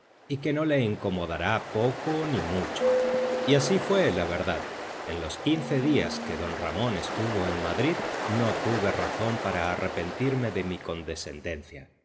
y que no le incomodará poco ni mucho y así fue la verdad en los quince días que d ramón estuvo en madrid no tuve razón para arrepentirme de mi condescendencia